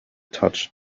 touched